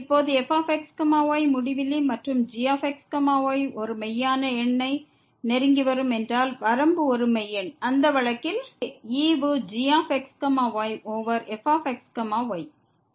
இப்போது fx y முடிவிலி மற்றும் gx y ஒரு மெய்யான எண்ணை நெருங்கி வரும் என்றால் வரம்பு ஒரு மெய் எண் அந்த வழக்கில் இங்கே ஈவு gx y over fx y